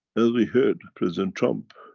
as we heard, president trump,